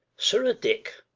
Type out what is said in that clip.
sirrah dick,